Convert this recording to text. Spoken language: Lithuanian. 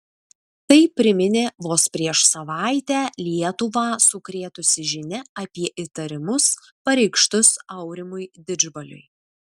tai priminė vos prieš savaitę lietuvą sukrėtusi žinia apie įtarimus pareikštus aurimui didžbaliui